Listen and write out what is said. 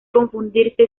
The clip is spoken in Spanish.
confundirse